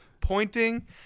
pointing